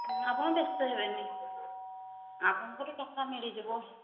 ହଁ ଆପଣ ବ୍ୟସ୍ତ ହେବେନି ଆପଣଙ୍କର ଟଙ୍କା ମିଳିଯିବ